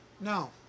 no